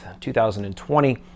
2020